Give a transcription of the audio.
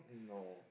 no